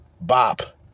bop